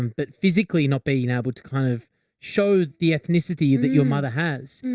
um but physically not being able to kind of show the ethnicity that your mother has,